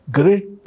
great